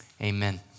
amen